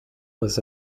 was